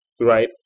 right